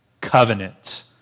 covenant